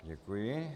Děkuji.